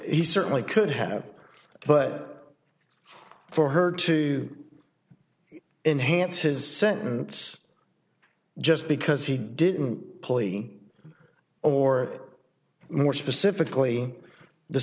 he certainly could have but for her to enhance his sentence just because he didn't plea or more specifically the